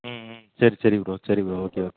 ம் ம் சரி சரி ப்ரோ சரி ப்ரோ ஓகே ஓகே